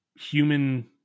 human